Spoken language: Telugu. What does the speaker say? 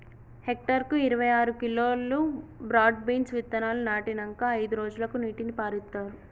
హెక్టర్ కు ఇరవై ఆరు కిలోలు బ్రాడ్ బీన్స్ విత్తనాలు నాటినంకా అయిదు రోజులకు నీటిని పారిత్తార్